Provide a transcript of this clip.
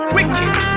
Wicked